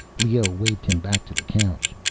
leoh waved him back to the couch.